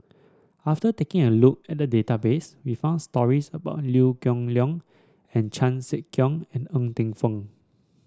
after taking a look at the database we found stories about Liew Geok Leong and Chan Sek Keong and Ng Teng Fong